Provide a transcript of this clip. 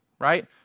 right